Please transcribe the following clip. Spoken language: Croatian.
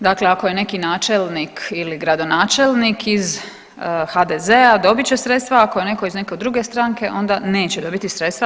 Dakle, ako je neki načelnik ili gradonačelnik iz HDZ-a dobit će sredstva, ako je netko iz neke druge stranke onda neće dobiti sredstva.